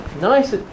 NICE